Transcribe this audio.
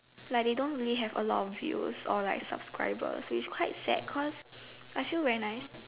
like they don't really have a lot views or like subscribers which quite sad cause I feel very nice